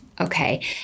Okay